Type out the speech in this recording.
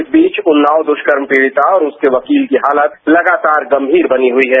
इस बीच उन्नाव दुष्कर्म पीडिता और उसके वकील की हालत लगातार गंगीर बनी हुई है